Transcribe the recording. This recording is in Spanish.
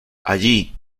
allí